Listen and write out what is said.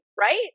right